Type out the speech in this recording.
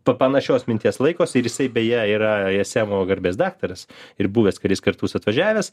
pa panašios minties laikosi ir jisai beje yra ismo garbės daktaras ir buvęs kelis kartus atvažiavęs